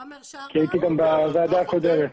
כי הייתי גם בוועדה הקודמת.